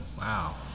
Wow